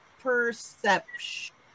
perception